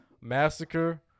massacre